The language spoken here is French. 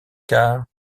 quarts